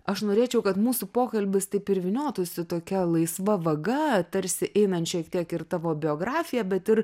aš norėčiau kad mūsų pokalbis taip ir vyniotųsi tokia laisva vaga tarsi einant šiek tiek ir tavo biografiją bet ir